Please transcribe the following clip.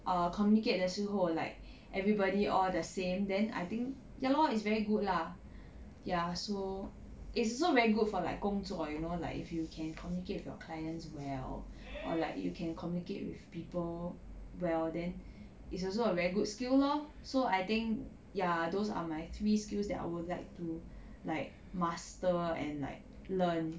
err communicate 的时候 like everybody all the same then I think ya lor it's very good lah ya so it's also very good for like 工作 you know like if you can communicate with your clients well or like you can communicate with people well then it's also a very good skill lor so I think ya those are my three skills that I would like to like master and like learn